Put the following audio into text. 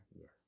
Yes